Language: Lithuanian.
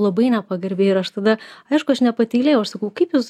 labai nepagarbiai ir aš tada aišku aš nepatylėjau aš sakau kaip jūs